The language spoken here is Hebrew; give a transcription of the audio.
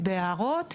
בהערות,